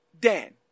Dan